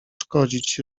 szkodzić